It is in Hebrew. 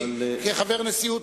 כחבר הנשיאות,